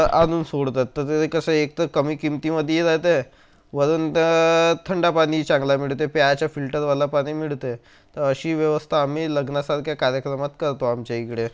आणून सोडतात तर ते कसं आहे एकतर कमी किमतीमध्ये राहते वरून त्यात थंड पाणी चांगलं मिळते प्यायचं फिल्टरवालं पाणी मिळते तर अशी व्यवस्था आम्ही लग्नासारख्या कार्यक्रमात करतो आमच्याइकडे